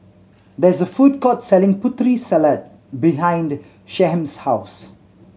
there is a food court selling Putri Salad behind Shyheim's house